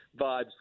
vibes